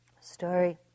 story